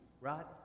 right